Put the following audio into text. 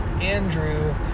Andrew